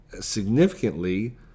Significantly